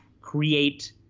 create –